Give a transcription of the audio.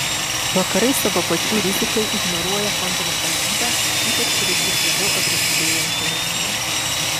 vakarai savo pačių rizikai ignoruoja kontržvalgybą ypač prieš vis labiau agresyvėjančią rusiją